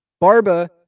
Barba